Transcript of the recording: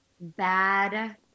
Bad